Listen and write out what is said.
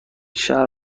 شلوار